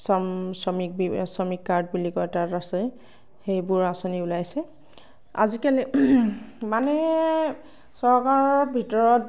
শ্ৰম শ্ৰমিক শ্ৰমিক কাৰ্ড বুলি কয় তাত আছে সেইবোৰ আচঁনি ওলাইছে আজিকালি মানে চৰকাৰৰ ভিতৰত